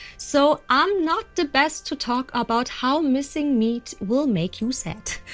so i'm not the best to talk about how missing meat will make you sad,